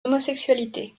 homosexualité